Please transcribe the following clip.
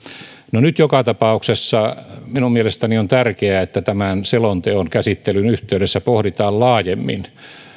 no nyt joka tapauksessa minun mielestäni on tärkeää että tämän selonteon käsittelyn yhteydessä pohditaan laajemmin